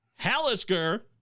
Hallisker